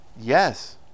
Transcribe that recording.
Yes